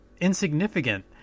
insignificant